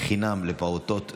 חינם לפעוטות וילדים),